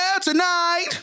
tonight